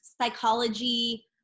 psychology